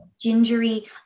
gingery